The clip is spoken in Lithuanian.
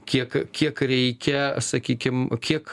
kiek kiek reikia sakykim kiek